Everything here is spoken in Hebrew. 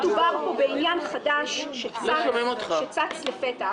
לא מדובר פה בעניין חדש שצץ לפתע.